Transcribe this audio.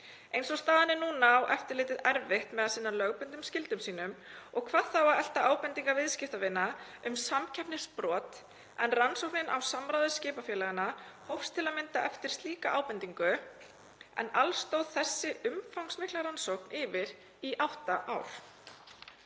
Eins og staðan er núna á eftirlitið erfitt með að sinna lögbundnum skyldum sínum og hvað þá að elta ábendingar viðskiptavina um samkeppnisbrot en rannsóknin á samráði skipafélaganna hófst til að mynda eftir slíka ábendingu. Alls stóð þessi umfangsmikla rannsókn yfir í átta ár.